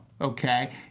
okay